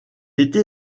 était